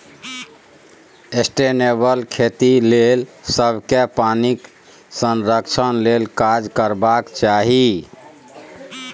sustainable खेतीक लेल सबकेँ पानिक संरक्षण लेल काज करबाक चाही